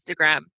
Instagram